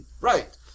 Right